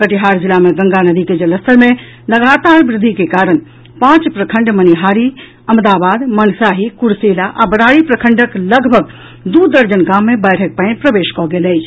कटिहार जिला मे गंगा नदी के जलस्तर मे लगातार वृद्धि के कारण पांच प्रखंड मनिहारी अमदाबाद मनसाही कुरसेला आ बरारी प्रखंडक लगभग दू दर्जन गाम मे बाढ़िक पानि प्रवेश कऽ गेल अछि